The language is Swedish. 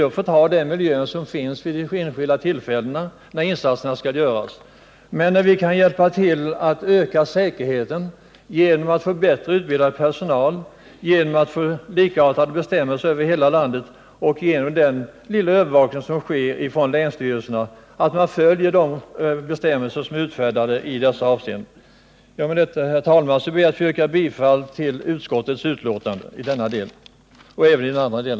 Den får acceptera den miljö som finns vid de enskilda tillfällena, när insatserna skall göras. Men vi kan hjälpa till att öka säkerheten genom att förbättra utbildningen av personal, genom att införa likartade bestämmelser och genom den lilla övervakning som sker från länsstyrelserna av att man följer de bestämmelser som är önskvärda i dessa avseenden. Med detta, herr talman, ber jag att få yrka bifall till utskottets hemställan i denna del.